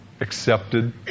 accepted